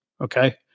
okay